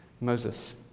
Moses